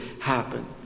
happen